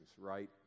right